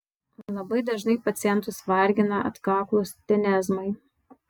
labai dažnai pacientus vargina atkaklūs tenezmai